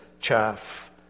chaff